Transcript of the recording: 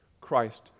Christ